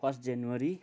first January